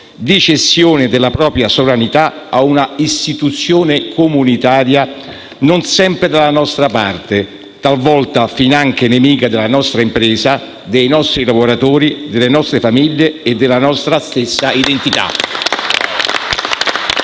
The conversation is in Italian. di cessione della propria sovranità ad un'istituzione comunitaria non sempre dalla nostra parte, talvolta finanche nemica della nostra impresa, dei nostri lavoratori, delle nostre famiglie e della nostra stessa identità.